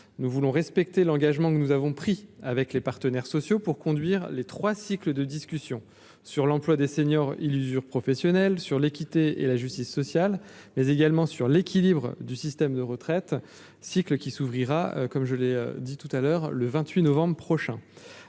nous voulons respecter l'engagement que nous avons pris avec les partenaires sociaux pour conduire les trois cycles de discussions sur l'emploi des seniors il usure professionnelle sur l'équité et la justice sociale, mais également sur l'équilibre du système de retraite cycle qui s'ouvrira comme je l'ai dit tout à l'heure, le 28 novembre prochain